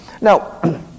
Now